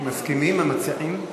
מסכימים, המציעים?